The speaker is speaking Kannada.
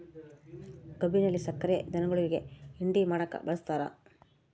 ಕಬ್ಬಿಲ್ಲಿ ಸಕ್ರೆ ಧನುಗುಳಿಗಿ ಹಿಂಡಿ ಮಾಡಕ ಬಳಸ್ತಾರ